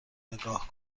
نگاه